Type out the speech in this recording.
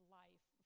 life